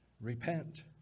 Repent